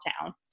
town